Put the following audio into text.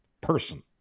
person